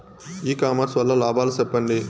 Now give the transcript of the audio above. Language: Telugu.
ఇ కామర్స్ వల్ల లాభాలు సెప్పండి?